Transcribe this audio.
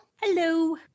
Hello